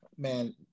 Man